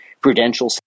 prudential